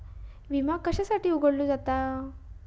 विमा कशासाठी उघडलो जाता?